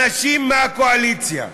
אנשים מהקואליציה.